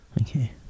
okay